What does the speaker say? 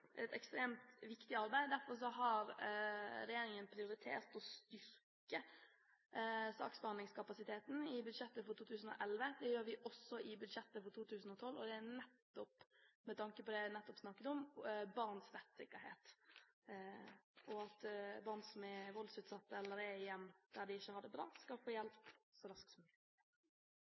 et ekstremt viktig arbeid. Derfor har regjeringen prioritert å styrke saksbehandlingskapasiteten i budsjettet for 2011. Det gjør den også i budsjettet for 2012, nettopp med tanke på det jeg snakket om; barns rettssikkerhet og at barn som er voldsutsatt, eller er i hjem der de ikke har det bra, skal få hjelp så raskt som mulig.